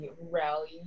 rally